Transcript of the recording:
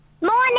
Morning